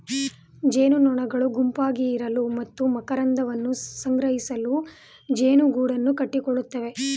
ಜೇನುನೊಣಗಳು ಗುಂಪಾಗಿ ಇರಲು ಮತ್ತು ಮಕರಂದವನ್ನು ಸಂಗ್ರಹಿಸಲು ಜೇನುಗೂಡನ್ನು ಕಟ್ಟಿಕೊಳ್ಳುತ್ತವೆ